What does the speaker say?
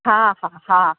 हा हा हा